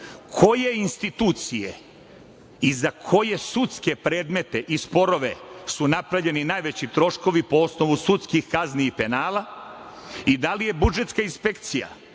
koje institucije i za koje sudske predmete i sporove su napravljeni najveći troškovi po osnovu sudskih kazni i penala i da li je budžetska inspekcija,